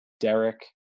Derek